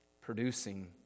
producing